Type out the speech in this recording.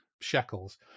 shekels